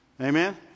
Amen